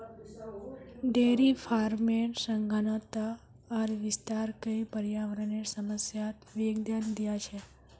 dairy फार्मेर सघनता आर विस्तार कई पर्यावरनेर समस्यात योगदान दिया छे